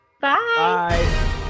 Bye